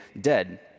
dead